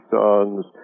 songs